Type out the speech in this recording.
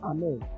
Amen